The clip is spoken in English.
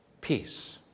peace